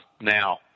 now